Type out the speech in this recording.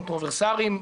קונטרוברסיאליים,